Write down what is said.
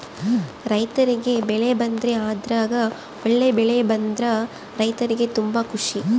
ರೈರ್ತಿಗೆ ಬೆಳೆ ಬಂದ್ರೆ ಅದ್ರಗ ಒಳ್ಳೆ ಬೆಳೆ ಬಂದ್ರ ರೈರ್ತಿಗೆ ತುಂಬಾ ಖುಷಿ